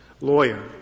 lawyer